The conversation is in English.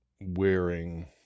wearing